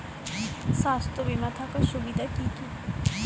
স্বাস্থ্য বিমা থাকার সুবিধা কী কী?